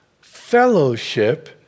fellowship